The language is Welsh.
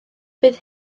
bydd